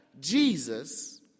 Jesus